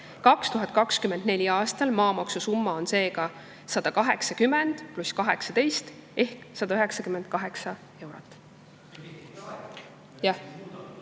2024. aastal maamaksu summa on seega 180 pluss 18 ehk 198 eurot.